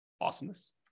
Awesomeness